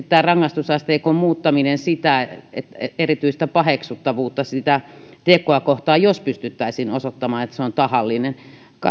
tämä rangaistusasteikon muuttaminen osoittaisi tietysti erityistä paheksuttavuutta sitä tekoa kohtaan jos pystyttäisiin osoittamaan että se on tahallinen